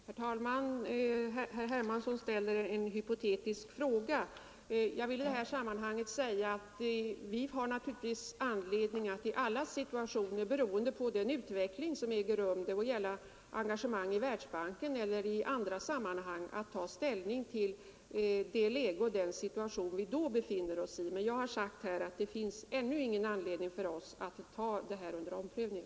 Herr talman! Herr Hermansson ställer en hypotetisk fråga. Jag vill i detta sammanhang säga att vi naturligtvis har anledning att i alla situationer beroende på den utveckling som äger rum, det må gälla engagemang i Världsbanken eller andra sammanhang, ta ställning till det läge och den situation vi då befinner oss i. Men, som jag sagt, ännu finns det ingen anledning för oss att ta detta under omprövning.